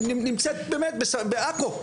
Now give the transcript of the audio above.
נמצאת באמת בעכו,